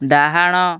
ଡାହାଣ